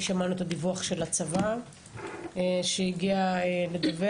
ושמענו את הדיווח של הצבא שהגיע ודיווח.